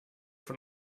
von